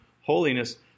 holiness